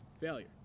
Failure